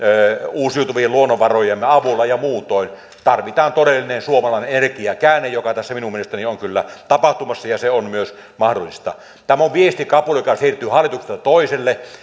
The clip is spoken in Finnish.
uusiutuvien luonnonvarojemme avulla ja muutoin tarvitaan todellinen suomalainen energiakäänne joka tässä minun mielestäni on kyllä tapahtumassa ja se on myös mahdollista tämä on viestikapula joka siirtyy hallitukselta toiselle